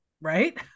right